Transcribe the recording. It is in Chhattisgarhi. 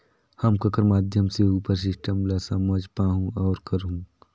हम ककर माध्यम से उपर सिस्टम ला समझ पाहुं और करहूं?